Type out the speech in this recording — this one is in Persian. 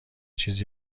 چیز